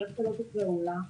איך שלא תקראו לה,